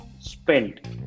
spent